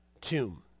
tomb